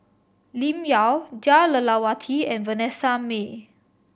Lim Yau Jah Lelawati and Vanessa Mae